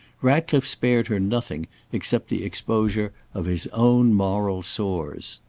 ratclife spared her nothing except the exposure of his own moral sores.